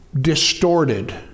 distorted